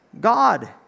God